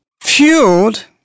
fueled